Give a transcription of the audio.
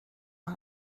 man